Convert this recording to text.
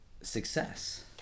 success